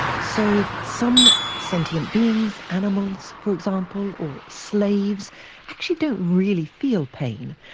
so some sentient beings animals for example, or slaves actually don't really feel pain,